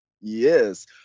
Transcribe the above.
Yes